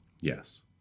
Yes